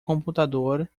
computador